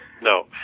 No